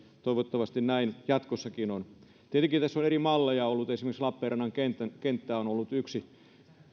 toivottavasti näin on jatkossakin tietenkin tässä on ollut eri malleja esimerkiksi lappeenrannan kenttä on ollut yksi